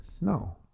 No